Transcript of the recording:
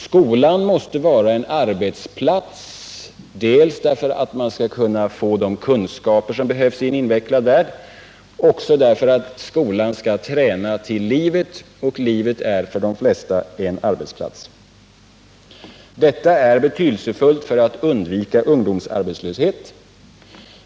Skolan måste vara en arbetsplats, dels därför att eleverna skall kunna få de kunskaper som behövs i en invecklad värld, dels därför att skolan skall träna till livet — och livet är för de flesta en arbetsplats. Detta är betydelsefullt för att undvika ungdomsarbetslöshet.